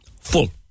full